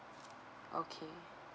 okay